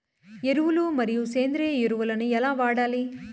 ఎరువులు మరియు సేంద్రియ ఎరువులని ఎలా వాడాలి?